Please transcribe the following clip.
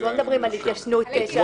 אנחנו לא מדברים על ההתיישנות שהייתה אחר כך.